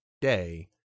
day